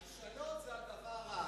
הלשנות זה דבר רע.